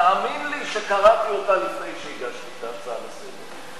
תאמין שלי שקראתי אותה לפני שהגשתי את ההצעה לסדר.